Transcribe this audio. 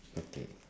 okay